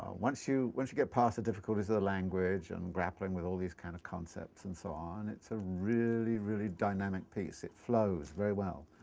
once you once you get past the difficulties of the language and grappling with all these kinds kind of concepts and so on, it's a really, really dynamic piece, it flows very well.